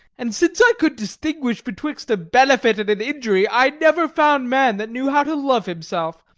and since i could distinguish betwixt a benefit and an injury, i never found man that knew how to love himself.